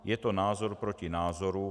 Je to názor proti názoru.